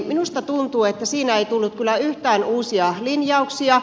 minusta tuntuu että siinä ei tullut kyllä yhtään uusia linjauksia